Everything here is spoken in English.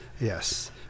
Yes